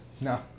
no